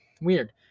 Weird